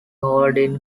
holding